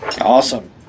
Awesome